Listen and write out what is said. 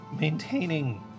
maintaining